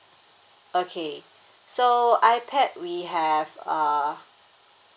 okay so ipad we have uh